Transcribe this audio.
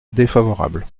défavorable